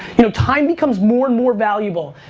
you know time becomes more and more valuable.